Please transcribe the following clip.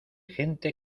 gente